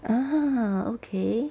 ah okay